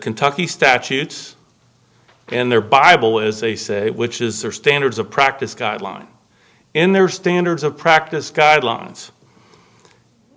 kentucky statutes and their bible as they say which is their standards of practice guideline in their standards of practice guidelines